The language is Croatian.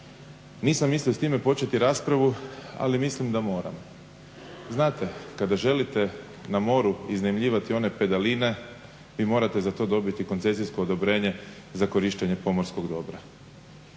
Nisam mislio s time početi raspravu, ali mislim da moram. Znate kada želite na moru iznajmljivati one pedaline vi morate za to dobiti koncesijsko odobrenje za korištenje pomorskog dobra.